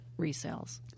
resales